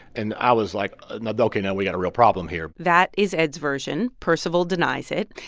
and i was like, and and ok, now we've got a real problem here that is ed's version. percival denies it.